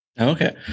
Okay